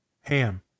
Ham